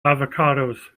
avocados